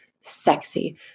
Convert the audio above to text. sexy